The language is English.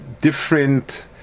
different